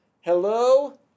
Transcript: Hello